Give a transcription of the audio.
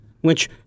which-